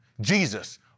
Jesus